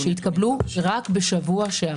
זה לא היה רק מיקי לוי אבל הוא היה מאוד דרמטי